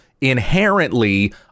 inherently